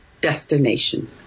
destination